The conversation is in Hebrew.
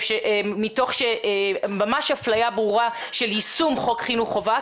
תוך ממש אפליה ברורה של יישום חוק חינוך חובה,